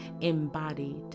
embodied